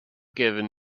given